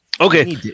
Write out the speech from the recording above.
Okay